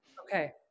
Okay